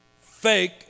fake